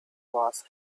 was